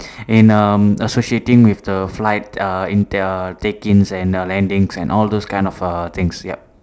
in um associating with the flight err in the take ins and err landings and all those kind of err things yup